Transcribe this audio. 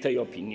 tej opinii?